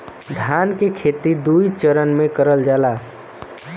धान के खेती दुई चरन मे करल जाला